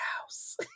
house